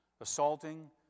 assaulting